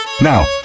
Now